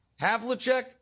Havlicek